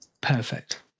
Perfect